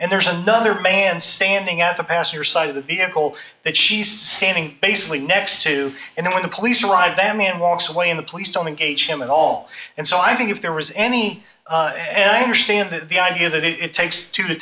and there's another man standing at the passenger side of the vehicle that she's standing basically next to and then when the police arrived them and walks away in the police don't engage him at all and so i think if there was any and i understand that the idea that it takes two to